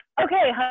Okay